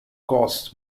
costs